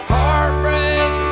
Heartbreak